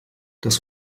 das